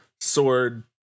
sword